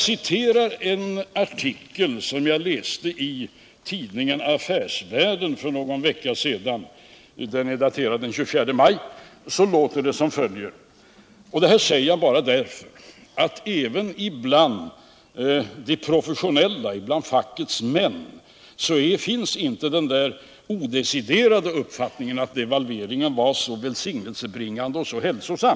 De har troligen spelat en liten roll. Även bland de professionella fackmännen rådde inte den odeciderade uppfattningen att devalveringarna var så välsignelsebringande och hälsosamma.